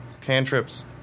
cantrips